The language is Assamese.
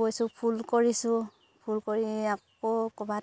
বৈছোঁ ফুল কৰিছোঁ ফুল কৰি আকৌ ক'ৰবাত